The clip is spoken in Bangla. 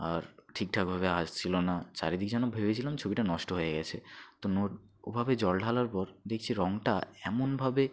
আর ঠিকঠাকভাবে আসছিলো না চারিদিক যেন ভেবেছিলাম ছবিটা নষ্ট হয়ে গেছে তো নোট ওভাবে জল ঢালার পর দেখছি রঙটা এমনভাবে